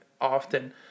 often